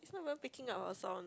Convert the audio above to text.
it's not even picking up our sound